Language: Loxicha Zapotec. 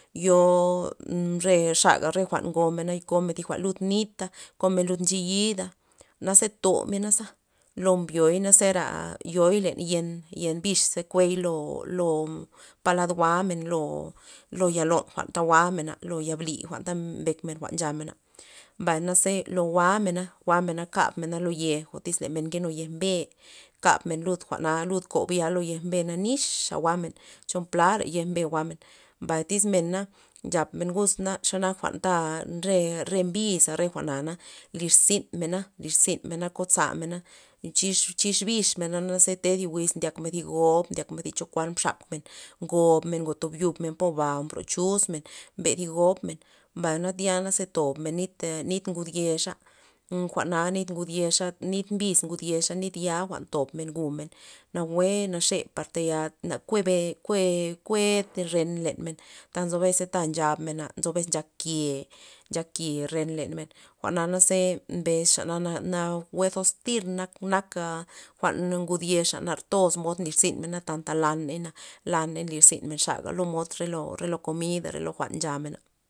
Yo, re xaga re jwa'n ngo mena ngomen lud nita komen lud nchiyida, naze tomenaza, lo mblyo zera yoi' len yen- yen bix ze kuey lo- lo palad jwa'men lo- lo ya lon jwa'nta jwa'menta lo yal bi ta mbek men jwa'n nchamena, mbay na ze lo jwa'mena jwa'mena kabmena lo yej o tyz men nkenu yej mbe kabmena lud jwa'na kabmen lud kob ya lo yej mbe nix na jwa'men cho para yej mbe jwa'men mbay tyz men na nchap men jusna jwa'nta re- re mbiza re jwa'na lirzyn mena lirzyn mena na kozamena chi- chix bixmena naze nde thi wiz ndiak men thi gob dyakmen cho kuan mxakmen ngobmen ngo tob yubmen paba o bro chuzmen mbe thi gobmen, mbay na zyana ze tobmen nit- nit ngud yexa jwa'na nit ngud yexa nit mbiz ngud yexa nit ya jwa'n tobmen gumen na nawue naxe par ya na kuebe- kue- kued re len men ta nzo bes ta nchab mena nchak ke' nchak ke ren len men jwa'naza mbes xa na- nawue toztir nak- nak a jwa'n ngud yexa nar toz mod nlyr zynmena tanta lad mena na la ney nlyr zynmen xa la modod re lo komida re jwa'n nchamenaba.